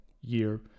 year